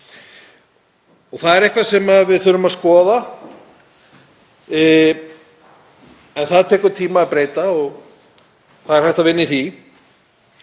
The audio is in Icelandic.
Það er eitthvað sem við þurfum að skoða en tekur tíma að breyta og það er hægt að vinna í því.